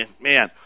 man